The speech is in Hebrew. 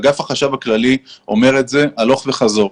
אגף החשב הכללי אומר את זה הלוך וחזור.